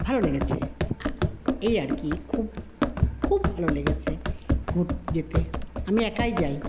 ভালো লেগেছে এই আর কী খুব খুব ভালো লেগেছে যেতে আমি একাই যাই